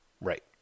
right